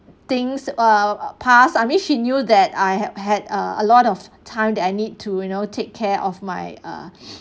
things err pass I mean she knew that I have had a lot of time that I need to you know take care of my uh